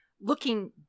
Looking